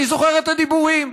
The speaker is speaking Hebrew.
אני זוכר את הדיבורים: